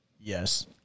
Yes